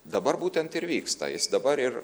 dabar būtent ir vyksta jis dabar ir